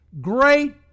great